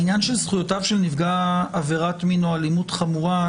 העניין של זכויותיו של נפגע עבירת מין או אלימות חמורה,